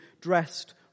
dressed